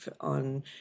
on